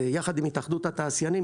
יחד עם התאחדות התעשיינים,